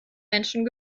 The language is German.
menschen